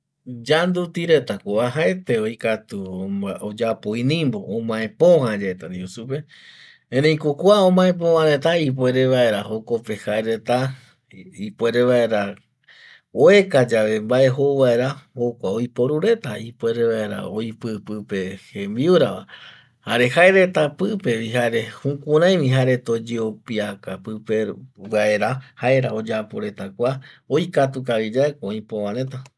Yanduti reta iteleraña oiporu oyuka mbae pɨpe vaera oguata jupi vaera jare oiko pɨpe vaera, iyembo kate pɨpe vaera jare imiari jokua ndie ipuere vaera jokuare jaereta jukurai yoguɨreko